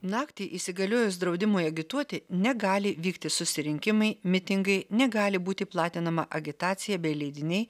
naktį įsigaliojus draudimui agituoti negali vykti susirinkimai mitingai negali būti platinama agitacija bei leidiniai